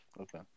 Okay